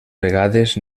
vegades